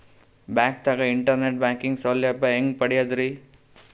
ಬ್ಯಾಂಕ್ದಾಗ internet banking ಸೌಲಭ್ಯ ಹೆಂಗ್ ಪಡಿಯದ್ರಿ?